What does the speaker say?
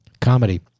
comedy